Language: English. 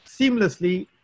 seamlessly